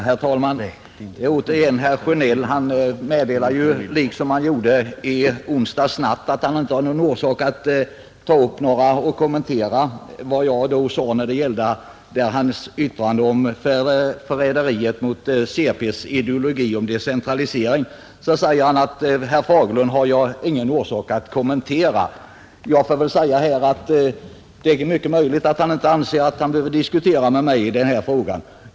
Herr talman! Herr Sjönell meddelar återigen liksom han gjorde i onsdags att han inte har någon orsak att kommentera vad jag sagt — den gången gällde det hans yttrande om förräderiet mot centerpartiets ideologi om decentralisering. Det är möjligt att han inte anser sig behöva diskutera den här frågan med mig.